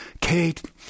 Kate